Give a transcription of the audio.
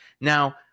Now